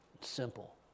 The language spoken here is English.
simple